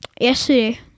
yesterday